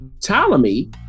Ptolemy